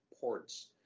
ports